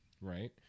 right